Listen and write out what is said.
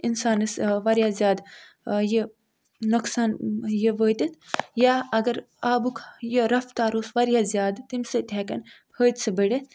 اِنسانَس واریاہ زیادٕ یہِ نۅقصان یہِ وٲتِتھ یا اگر آبُک یہِ رفتار اوس واریاہ زیادٕ تَمہِ سۭتۍ تہِ ہیٚکَن حٲدۍثہٕ بٔڈِتھ